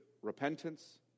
Repentance